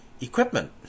equipment